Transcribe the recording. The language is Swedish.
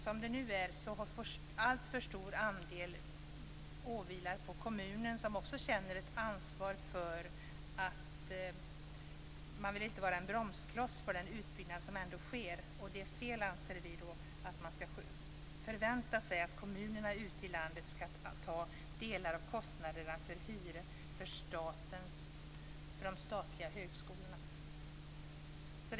Som det nu är åvilar en alltför stor andel av kostnaden kommunen, som också känner ett ansvar för att inte vara en bromskloss för den utbyggnad som sker. Vi anser då att det är fel att man skall förvänta sig att kommunerna ute i landet skall ta delar av kostnaderna för hyror för de statliga högskolorna.